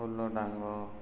ଫୁଲ ଡାଙ୍ଗ